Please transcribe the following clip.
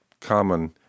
common